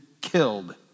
killed